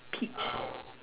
peach